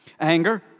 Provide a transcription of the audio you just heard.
anger